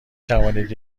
توانید